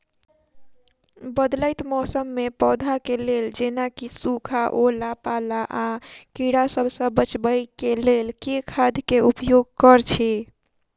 बदलैत मौसम मे पौधा केँ लेल जेना की सुखा, ओला पाला, आ कीड़ा सबसँ बचबई केँ लेल केँ खाद केँ उपयोग करऽ छी?